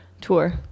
Tour